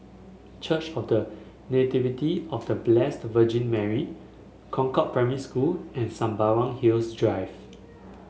Church of The Nativity of The Blessed Virgin Mary Concord Primary School and Sembawang Hills Drive